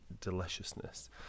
deliciousness